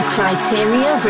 Criteria